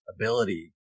ability